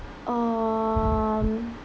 um